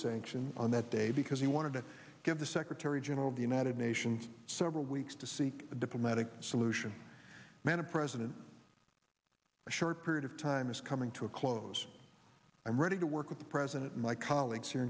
sanctions on that day because he wanted to give the secretary general of the united nations several weeks to seek a diplomatic solution man a president a short period of time is coming to a close i'm ready to work with the president my colleagues here